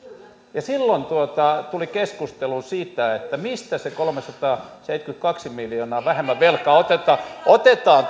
ja silloin tuli keskustelua siitä mistä se kolmesataaseitsemänkymmentäkaksi miljoonaa vähemmän velkaa otetaan otetaan